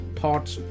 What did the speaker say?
thoughts